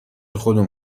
خودمان